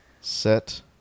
set